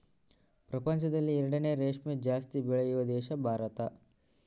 ಪ್ರಪಂಚದಲ್ಲಿ ಎರಡನೇ ರೇಷ್ಮೆ ಜಾಸ್ತಿ ಬೆಳೆಯುವ ದೇಶ ಭಾರತ